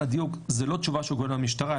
זו לא תשובה שהוא קיבל מהמשטרה,